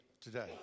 Today